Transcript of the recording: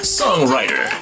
songwriter